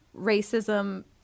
racism